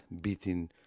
beating